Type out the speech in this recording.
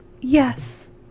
yes